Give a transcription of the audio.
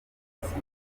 wenyine